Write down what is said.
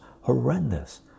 horrendous